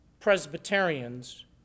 Presbyterians